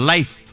Life